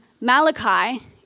Malachi